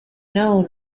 known